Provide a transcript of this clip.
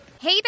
Hey